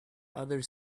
other